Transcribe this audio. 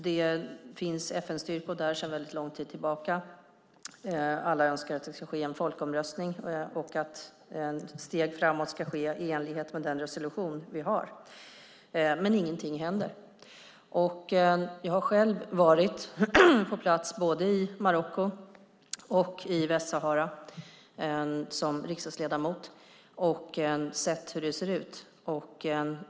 Det finns FN-styrkor där sedan lång tid tillbaka. Alla önskar att det ska ske en folkomröstning och att steg framåt ska ske i enlighet med den resolution vi har. Men ingenting händer. Jag har själv varit på plats både i Marocko och i Västsahara som riksdagsledamot och sett hur det ser ut.